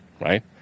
right